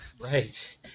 right